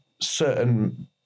certain